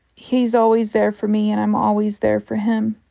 he's always there for me. and i'm always there for him